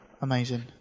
Amazing